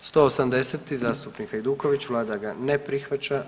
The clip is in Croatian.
180, zastupnik Hajduković, Vlada ga ne prihvaća.